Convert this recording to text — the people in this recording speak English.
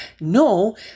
No